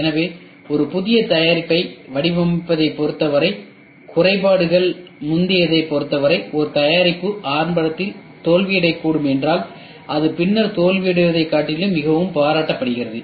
எனவே ஒரு புதிய தயாரிப்பை வடிவமைப்பதைப் பொறுத்தவரை குறைபாடுகள் முந்தையதைப் பொறுத்தவரை ஒரு தயாரிப்பு ஆரம்பத்தில் தோல்வியடையக்கூடும் என்றால் அது பின்னர் தோல்வியடைவதைக் காட்டிலும் மிகவும் பாராட்டப்படுகிறது